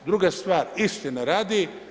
Druga stvar istine radi.